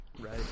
Right